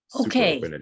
Okay